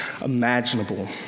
imaginable